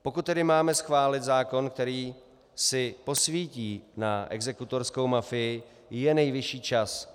Pokud tedy máme schválit zákon, který si posvítí na exekutorskou mafii, je nejvyšší čas.